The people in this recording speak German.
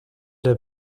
der